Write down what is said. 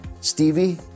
Stevie